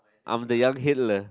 I'm the young Hitler